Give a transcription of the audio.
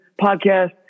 podcast